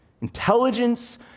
intelligence